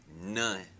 None